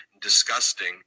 disgusting